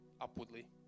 upwardly